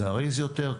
זריז יותר.